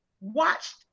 watched